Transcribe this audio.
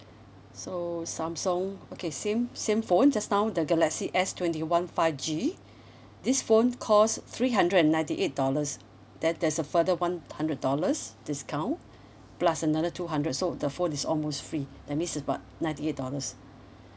so samsung okay same same phone just now the galaxy S twenty one five G this phone cost three hundred and ninety eight dollars then there's a further one hundred dollars discount plus another two hundred so the phone is almost free that means it's about ninety dollars